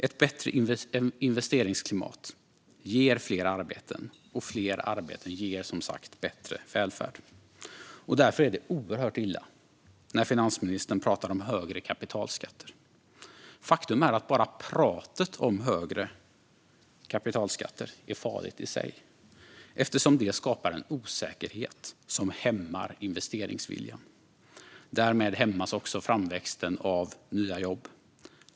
Ett bättre investeringsklimat ger fler arbeten, och fler arbeten ger som sagt bättre välfärd. Därför är det oerhört illa när finansministern pratar om högre kapitalskatter. Faktum är att bara pratet om högre kapitalskatter är farligt i sig, eftersom det skapar en osäkerhet som hämmar investeringsviljan. Därmed hämmas också framväxten av nya jobb.